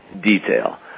Detail